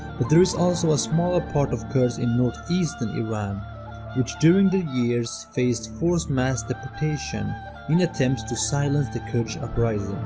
but there is also a smaller part of kurds in northeastern iran which during the years faced force mass deportation in an attempt to silence the kurdish uprising.